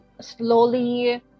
slowly